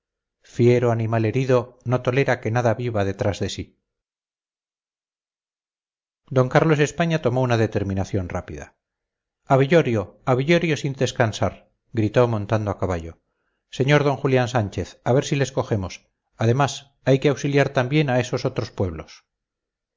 fiero animal herido no tolera que nada viva detrás de sí d carlos españa tomó una determinación rápida a villorio a villorio sin descansar gritó montando a caballo sr d julián sánchez a ver si les cogemos además hay que auxiliar también a esos otros pueblos